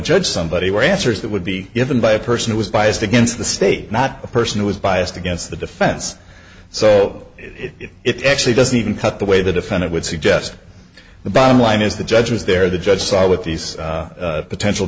judge somebody or answers that would be given by a person who is biased against the state not a person who is biased against the defense so it actually doesn't even cut the way the defendant would suggest the bottom line is the judge was there the judge saw what these potential